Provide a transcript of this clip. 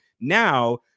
now